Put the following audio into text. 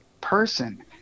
person